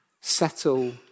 settle